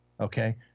okay